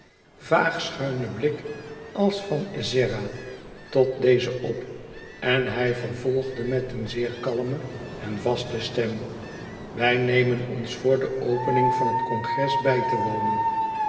vaag schuinen blik als van ezzera tot dezen op en hij vervolgde met een zeer kalme en vaste stem wij nemen ons voor de opening van het congres bij te wonen